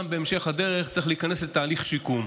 בהמשך הדרך צריך גם להיכנס לתהליך שיקום.